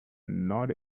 not